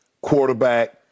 quarterback